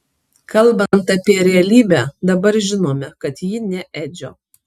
kalbant apie realybę dabar žinome kad ji ne edžio